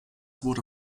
wurde